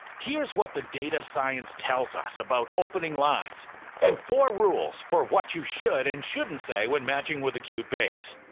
here's what the data science tells us about opening lines and four rules for what you should and shouldn't say when matching with cute babes.